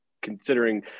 considering